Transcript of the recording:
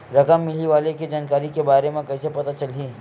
रकम मिलही वाले के जानकारी के बारे मा कइसे पता चलही?